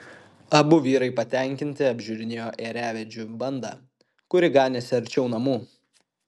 abu vyrai patenkinti apžiūrinėjo ėriavedžių bandą kuri ganėsi arčiau namų